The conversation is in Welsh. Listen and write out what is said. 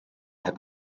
heb